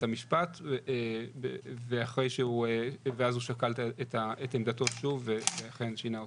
המשפט ואז הוא שקל את עמדתו שוב ואכן שינה אותה.